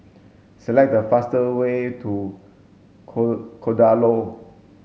select the fastest way to Kadaloor